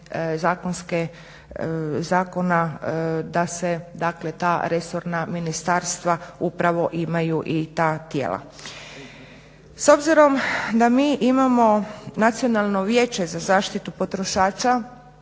izmjene zakona da se ta resorna ministarstva upravo imaju i ta tijela. S obzirom da mi imamo Nacionalno vijeće za zaštitu potrošača,